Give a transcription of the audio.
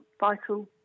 vital